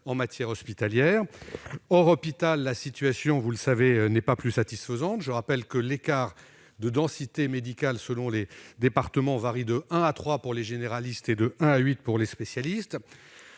en matière hospitalière. Hors hôpital, la situation, vous le savez, n'est guère plus satisfaisante. Je rappelle que l'écart de densité médicale selon les départements varie de un à trois pour les généralistes et de un à huit pour les spécialistes.